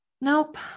Nope